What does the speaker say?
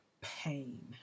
pain